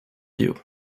you